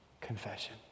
Confession